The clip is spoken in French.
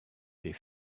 des